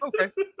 Okay